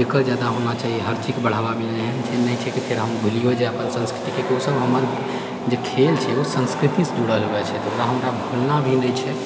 जेकर जादा होना चाहिए हर चीजके बढ़ावा मिलै एहन नहि छै कि फेर हम भूलियो जाएब अपन संस्कृतिके कोर्स सब हमर जे खेल छै ओ संस्कृतिसँ जुड़ल होइत छै ओकरा हमरा भूलना भी नहि छै